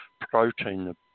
protein